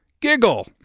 Giggle